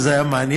וזה היה מעניין.